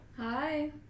hi